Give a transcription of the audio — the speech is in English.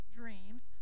dreams